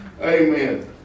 Amen